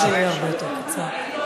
לרשותך.